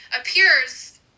appears